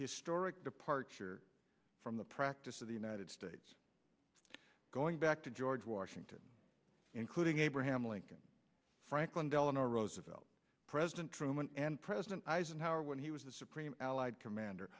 historic departure from the practice of the united states going back to george washington including abraham lincoln franklin delano roosevelt president truman and president eisenhower when he was the supreme allied commander